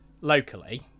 locally